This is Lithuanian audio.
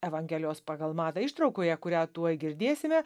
evangelijos pagal matą ištraukoje kurią tuoj girdėsime